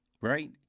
right